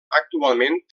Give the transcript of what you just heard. actualment